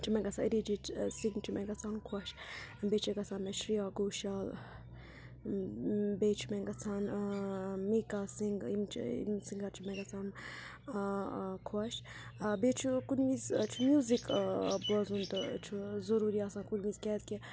چھِ مےٚ گژھان اریٖجیٖت سِنٛگھ چھِ مےٚ گژھان خۄش بیٚیہِ چھِ گژھان مےٚ شِرٛیا گوشال بیٚیہِ چھُ مےٚ گژھان میٖکا سِنٛگھ یِم چھِ یِم سِنٛگَر چھِ مےٚ گَژھان خۄش بیٚیہِ چھُ کُنہِ وِز چھُ میوٗزِک بوزُن تہٕ چھُ ضٔروٗری آسان کُنہِ وِز کیٛازِکہِ